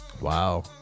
Wow